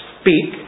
speak